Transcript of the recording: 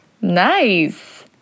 Nice